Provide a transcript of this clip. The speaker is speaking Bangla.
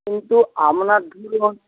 কিন্তু আপনার